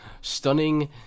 stunning